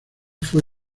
fue